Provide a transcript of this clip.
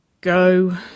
go